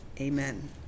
Amen